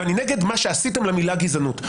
ואני נגד מה שעשיתם למילה גזענות.